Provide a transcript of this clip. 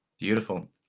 Beautiful